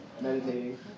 meditating